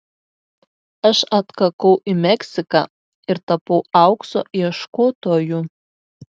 aš atkakau į meksiką ir tapau aukso ieškotoju